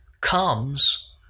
comes